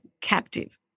captive